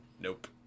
nope